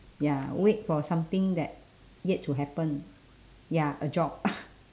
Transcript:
ya wait for something that yet to happen ya a job